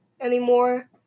anymore